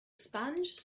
sponge